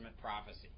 prophecy